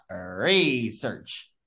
Research